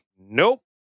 Nope